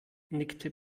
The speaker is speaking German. nickte